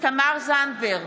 תמר זנדברג,